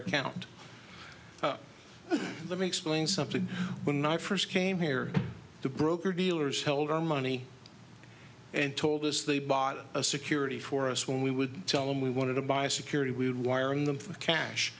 count let me explain something when i first came here the broker dealers held our money and told us they bought a security for us when we would tell them we wanted to buy security we would wire in them for cash